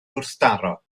gwrthdaro